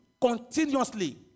continuously